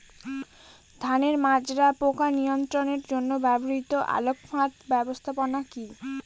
ধানের মাজরা পোকা নিয়ন্ত্রণের জন্য ব্যবহৃত আলোক ফাঁদ ব্যবস্থাপনা কি?